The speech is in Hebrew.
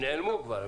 הם נעלמו כבר.